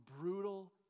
brutal